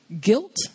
guilt